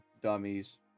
dummies